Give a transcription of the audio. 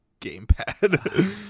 gamepad